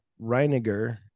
Reiniger